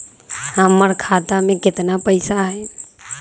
हमर खाता में केतना पैसा हई?